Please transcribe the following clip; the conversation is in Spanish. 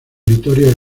vitoria